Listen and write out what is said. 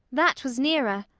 that was nearer.